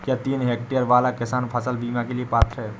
क्या तीन हेक्टेयर वाला किसान फसल बीमा के लिए पात्र हैं?